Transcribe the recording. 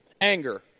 Anger